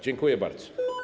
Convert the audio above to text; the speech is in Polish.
Dziękuję bardzo.